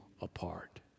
apart